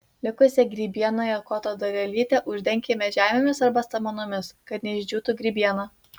likusią grybienoje koto dalelytę uždenkime žemėmis arba samanomis kad neišdžiūtų grybiena